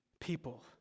people